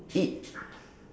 eat